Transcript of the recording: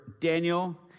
Daniel